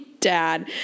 dad